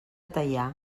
teià